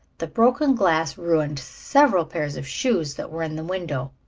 the broken glass ruined several pairs of shoes that were in the window.